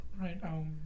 Right